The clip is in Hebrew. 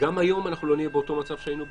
גם היום אנחנו לא נהיה באותו מצב שהיינו בהתחלה.